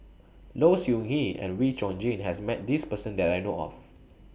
Low Siew Nghee and Wee Chong Jin has Met This Person that I know of